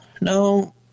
no